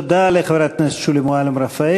תודה לחברת הכנסת שולי מועלם-רפאלי.